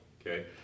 okay